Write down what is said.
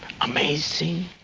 Amazing